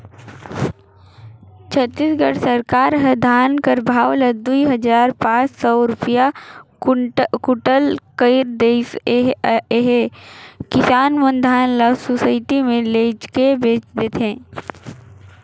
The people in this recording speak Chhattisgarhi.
छत्तीसगढ़ सरकार ह धान कर भाव ल दुई हजार पाच सव रूपिया कुटल कइर देहिस अहे किसान मन धान ल सुसइटी मे लेइजके बेच देथे